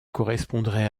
correspondrait